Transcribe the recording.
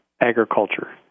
agriculture